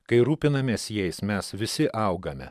kai rūpinamės jais mes visi augame